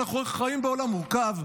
אנחנו חיים בעולם מורכב,